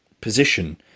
position